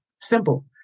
simple